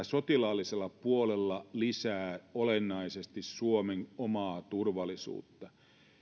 sotilaallisella puolella lisää olennaisesti suomen omaa turvallisuutta